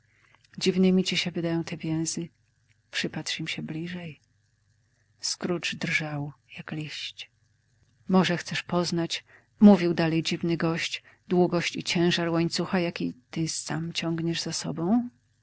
dziwnymi ci się wydają te więzy przypatrz im się bliżej scrooge drżał jak liść może chcesz poznać mówił dalej dziwny gość długość i ciężar łańcucha jaki ty sam ciągniesz za sobą